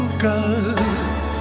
guns